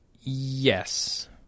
Yes